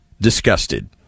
disgusted